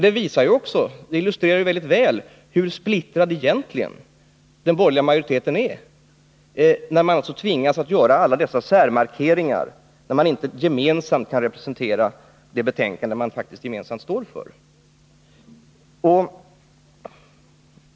Detta illustrerar mycket väl hur splittrad den borgerliga majoriteten egentligen är, när man alltså tvingas att göra alla dessa särmarkeringar och inte gemensamt kan representera det betänkande som man faktiskt gemensamt står för.